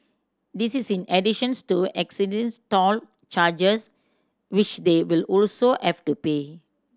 this is in additions to existing toll charges which they will also have to pay